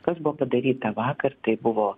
kas buvo padaryta vakar kai buvo